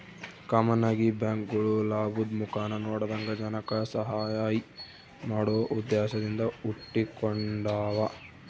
common ಆಗಿ ಈ ಬ್ಯಾಂಕ್ಗುಳು ಲಾಭುದ್ ಮುಖಾನ ನೋಡದಂಗ ಜನಕ್ಕ ಸಹಾಐ ಮಾಡೋ ಉದ್ದೇಶದಿಂದ ಹುಟಿಗೆಂಡಾವ